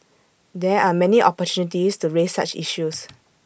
there are many opportunities to raise such issues